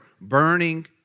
burning